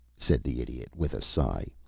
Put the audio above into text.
said the idiot, with a sigh.